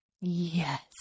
Yes